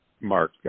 Mark